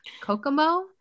Kokomo